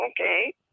okay